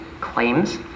claims